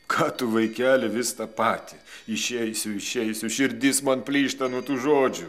ką tu vaikeli vis tą patį išeisiu išeisiu širdis man plyšta nuo tų žodžių